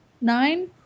Nine